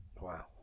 wow